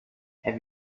have